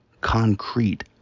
concrete